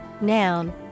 Noun